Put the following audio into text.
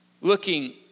looking